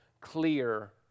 clear